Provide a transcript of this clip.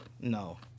No